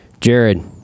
Jared